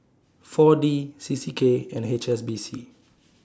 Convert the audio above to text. four D C C K and H S B C